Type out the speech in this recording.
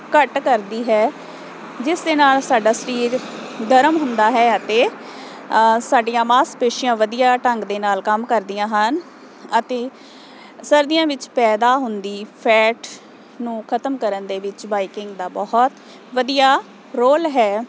ਘੱਟ ਕਰਦੀ ਹੈ ਜਿਸ ਦੇ ਨਾਲ ਸਾਡਾ ਸਰੀਰ ਗਰਮ ਹੁੰਦਾ ਹੈ ਅਤੇ ਸਾਡੀਆਂ ਮਾਸਪੇਸ਼ੀਆਂ ਵਧੀਆ ਢੰਗ ਦੇ ਨਾਲ ਕੰਮ ਕਰਦੀਆਂ ਹਨ ਅਤੇ ਸਰਦੀਆਂ ਵਿੱਚ ਪੈਦਾ ਹੁੰਦੀ ਫੈਟ ਨੂੰ ਖਤਮ ਕਰਨ ਦੇ ਵਿੱਚ ਬਾਈਕਿੰਗ ਦਾ ਬਹੁਤ ਵਧੀਆ ਰੋਲ ਹੈ